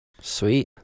Sweet